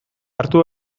hartu